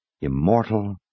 immortal